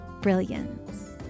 brilliance